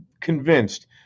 convinced